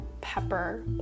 pepper